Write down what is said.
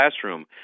classroom